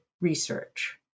research